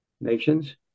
nations